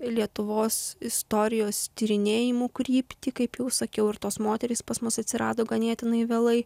lietuvos istorijos tyrinėjimų kryptį kaip jau sakiau ir tos moterys pas mus atsirado ganėtinai vėlai